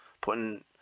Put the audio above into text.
putting